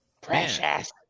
Precious